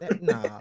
nah